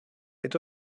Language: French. est